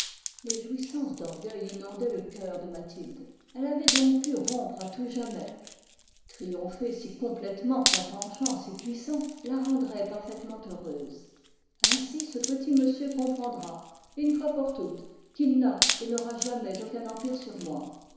les jouissances d'orgueil inondaient le coeur de mathilde elle avait donc pu rompre à tout jamais triompher si complètement d'un penchant si puissant la rendrait parfaitement heureuse ainsi ce petit monsieur comprendra et une fois pour toutes qu'il n'a et n'aura jamais aucun empire sur moi